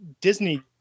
Disney